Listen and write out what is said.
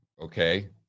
Okay